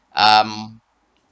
um